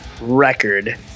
record